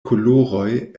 koloroj